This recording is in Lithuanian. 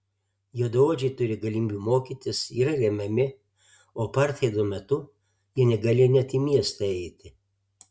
juodaodžiai turi galimybių mokytis yra remiami o apartheido metu jie negalėjo net į miestą eiti